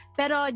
pero